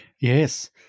Yes